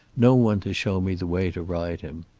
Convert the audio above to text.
no one to show me the way to ride him.